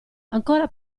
ancora